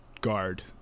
guard